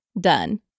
done